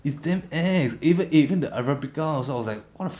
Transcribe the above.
it's damn ex~ even eh even the arabica also I was like what the fu~